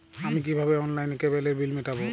আমি কিভাবে অনলাইনে কেবলের বিল মেটাবো?